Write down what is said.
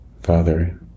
Father